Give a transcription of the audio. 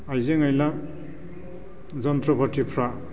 आइजें आयला जन्त्र' पातिफ्रा